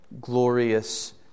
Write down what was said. glorious